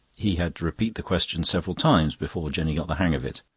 he had to repeat the question several times before jenny got the hang of it.